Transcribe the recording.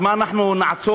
אז מה, אנחנו נעצור?